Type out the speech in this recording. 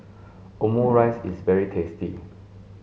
Omurice is very tasty